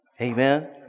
Amen